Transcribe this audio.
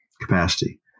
capacity